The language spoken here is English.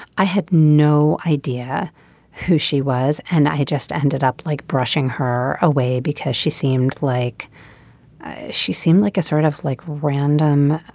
i had no idea who she was and i just ended up like brushing her away because she seemed like she seemed like a sort of like random.